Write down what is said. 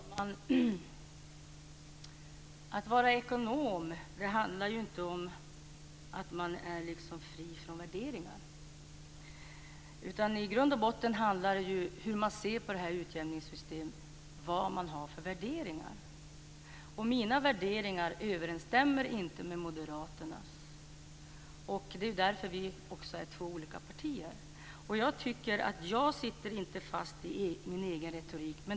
Fru talman! Att vara ekonom handlar ju inte om att man är fri från värderingar. Hur man ser på utjämningssystemet handlar i grund och botten om vilka värderingar man har. Mina värderingar överensstämmer inte med moderaternas. Det är därför vi har två olika partier. Jag sitter inte fast i min egen retorik.